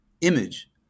image